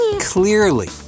clearly